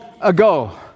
ago